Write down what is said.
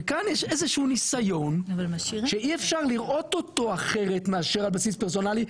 וכאן יש איזשהו ניסיון שאי אפשר לראות אותו אחרת מאשר על בסיס פרסונלי,